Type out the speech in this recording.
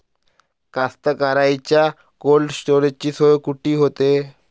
कास्तकाराइच्या कोल्ड स्टोरेजची सोय कुटी होते?